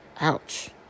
Ouch